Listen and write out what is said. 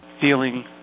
feeling